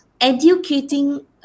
educating